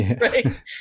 right